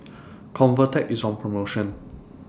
Convatec IS on promotion